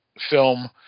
film